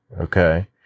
okay